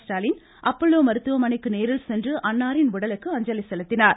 ஸ்டாலின் அப்பல்லேபா மருத்துவமனைக்கு நேரில் சென்று அன்னாரின் உடலுக்கு அஞ்சலி செலுத்தினார்